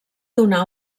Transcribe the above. donar